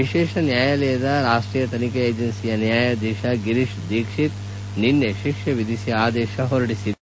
ವಿಶೇಷ ನ್ವಾಯಾಲಯದ ರಾಷ್ಟೀಯ ತನಿಖಾ ಏಜೆನ್ಸಿಯ ನ್ಯಾಯಧೀಶ ಗಿರೀಶ್ ದಿಕ್ಷಿತ್ ನಿನ್ನೆ ಶಿಕ್ಷೆ ವಿಧಿಸಿ ಆದೇಶ ಹೊರಡಿಸಿದ್ದಾರೆ